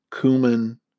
cumin